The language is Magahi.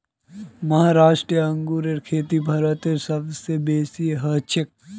महाराष्ट्र अंगूरेर खेती भारतत सब स बेसी हछेक